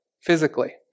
physically